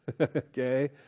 Okay